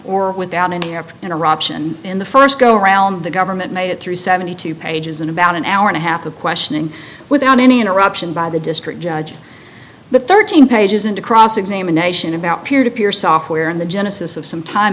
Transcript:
or without an error in eruption in the first go around the government made it through seventy two pages in about an hour and a half of questioning without any interruption by the district judge the thirteen pages into cross examination about peer to peer software in the genesis of some time